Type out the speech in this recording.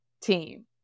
team